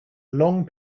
long